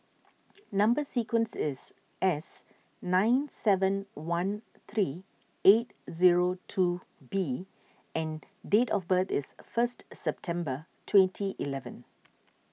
Number Sequence is S nine seven one three eight zero two B and date of birth is first September twenty eleven